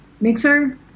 mixer